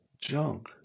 junk